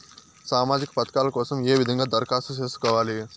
సామాజిక పథకాల కోసం ఏ విధంగా దరఖాస్తు సేసుకోవాలి